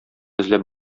эзләп